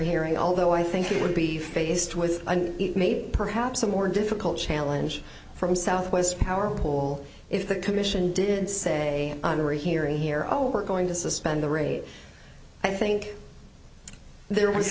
hearing although i think it would be faced with and maybe perhaps a more difficult challenge from southwest power pole if the commission did say i'm rehearing here oh we're going to suspend the raid i think there was